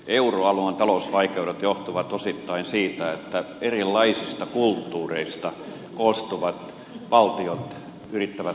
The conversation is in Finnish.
euroalueen talousvaikeudet johtuvat osittain siitä että erilaisista kulttuureista koostuvat valtiot yrittävät harjoittaa samaa politiikkaa